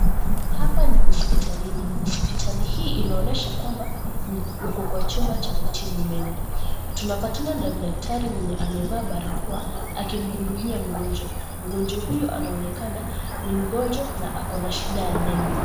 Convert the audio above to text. Hapa ni hospitalini. Hospitali hii inaonyesha kwamba wako kwa chumba cha kutibu meno. Tunapatana na daktari mwenye amevaa barakoa akimhudumia mgonjwa. Mgonjwa huyu anaonekana ni mgonjwa na akona shida ya meno.